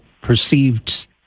perceived